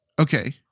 okay